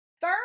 Third